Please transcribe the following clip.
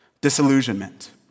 Disillusionment